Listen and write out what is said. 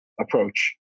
approach